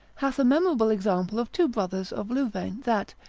hath a memorable example of two brothers of louvain that,